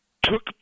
took